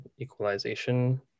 equalization